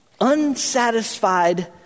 Unsatisfied